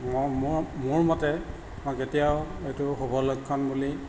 মোৰমতে কেতিয়াও এইটো শুভলক্ষণ বুলি